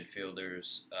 midfielders